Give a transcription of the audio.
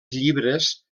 llibres